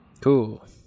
Cool